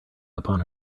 upon